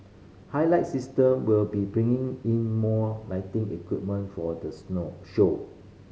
highlight System will be bringing in more lighting equipment for the show